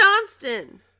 johnston